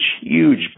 huge